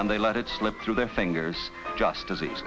and they let it slip through their fingers just as eas